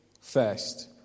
First